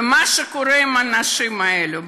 ומה שקורה עם האנשים האלה,